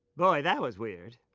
boy, that was weird.